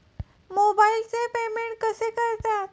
मोबाइलचे पेमेंट कसे करतात?